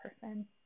person